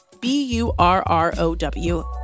B-U-R-R-O-W